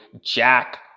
jack